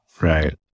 Right